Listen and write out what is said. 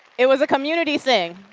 it was a community thing.